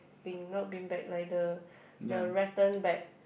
bean not bean bag like the the rattan bag